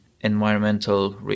environmental